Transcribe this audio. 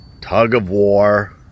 tug-of-war